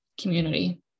community